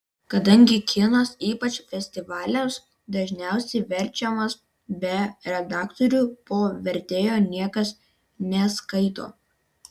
kadangi kinas ypač festivaliams dažniausiai verčiamas be redaktorių po vertėjo niekas neskaito